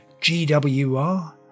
GWR